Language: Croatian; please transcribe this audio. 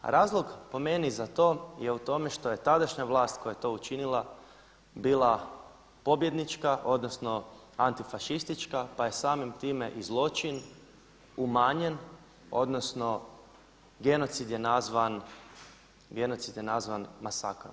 Razlog po meni za to je u tome što je tadašnja vlast koja je to učinila bila pobjednička, odnosno antifašistička pa je samim time i zločin umanjen, odnosno genocid je nazvan masakrom.